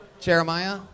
Jeremiah